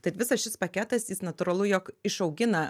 tad visas šis paketas jis natūralu jog išaugina